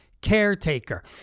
caretaker